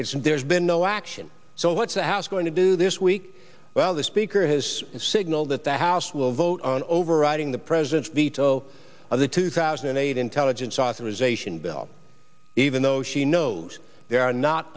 and there's been no action so what's the house going to do this week well the speaker has signaled that the house will vote on overriding the president's veto of the two thousand and eight intelligence authorization bill even though she knows there are not